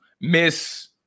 Miss